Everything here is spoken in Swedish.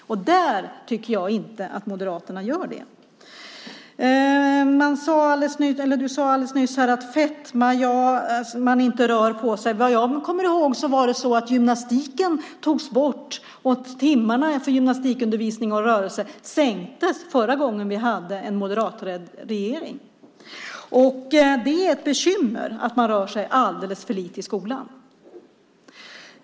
Det tycker jag inte att Moderaterna gör. Marianne sade alldeles nyss att fetma beror på att man inte rör på sig. Vad jag kommer ihåg var det så att timmarna för gymnastikundervisning och rörelse togs bort och minskades förra gången vi hade en moderatledd regering. Det är ett bekymmer att man rör sig alldeles för lite i skolan.